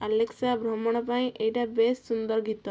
Alexa ଭ୍ରମଣ ପାଇଁ ଏଇଟା ବେଶ ସୁନ୍ଦର ଗୀତ